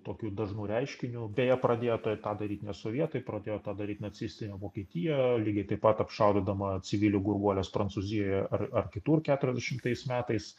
tokiu dažnu reiškiniu beje pradėjo tai ką daryt nes sovietai pradėjo tą daryt nacistinė vokietija lygiai taip pat apšaudydama civilių gurguolės prancūzijoje ar ar kitur keturiasdešimtais metais